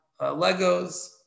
Legos